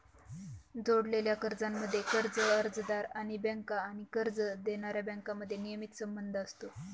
जोडलेल्या कर्जांमध्ये, कर्ज अर्जदार आणि बँका आणि कर्ज देणाऱ्या बँकांमध्ये नियमित संबंध असतो